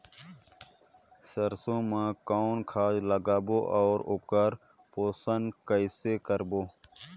सरसो मा कौन खाद लगाबो अउ ओकर पोषण कइसे करबो?